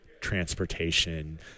transportation